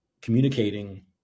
communicating